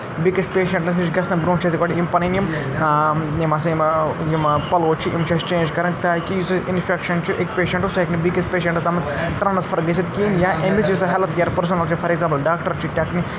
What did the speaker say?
بیٚیہِکِس patients نِش گژھان برٛونٛہہ چھِ أسۍ گۄڈٕ یِم پَنٕنۍ یِم یِم ہَسا یِم یِم پَلو چھِ یِم چھِ اَسہِ چینج کَرٕنۍ تاکہِ یُس اِنفیکشَن چھِ أکہِ پیشَنٹ سُہ ہیٚکہِ نہٕ بیٚیہِ کِس پیشَنٛٹَس تامَتھ ٹرٛانَسفَر گٔژھِتھ کِہیٖنۍ یا أمِس یُس ہٮ۪لٕتھ کِیَر پٔرسَنَل چھِ فار ایٚکزامپٕل ڈاکٹَر چھِ ٹٮ۪کنی